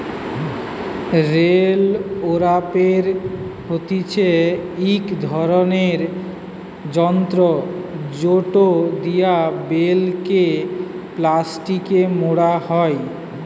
bell wrapper হতিছে ইক রকমের যন্ত্র জেটো দিয়া বেল কে প্লাস্টিকে মোড়া হই